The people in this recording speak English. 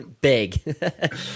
big